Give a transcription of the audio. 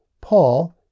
Paul